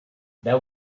there